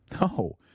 no